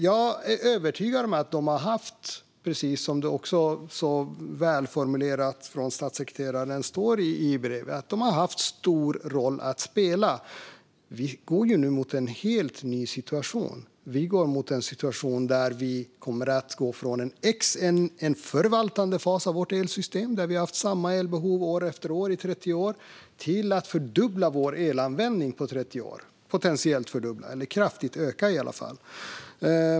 Jag är övertygad om att de, precis som statssekreteraren formulerat så väl i brevet, har spelat en stor roll. Vi går nu mot en helt ny situation. Vi går mot en situation från en förvaltande fas av vårt elsystem - vi har haft samma elbehov år efter år i 30 år - till att potentiellt fördubbla, i alla fall kraftigt öka, vår elanvändning på 30 år.